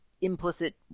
implicit